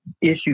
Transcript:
issue